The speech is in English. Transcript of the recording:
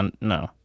No